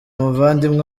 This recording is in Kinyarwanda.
muvandimwe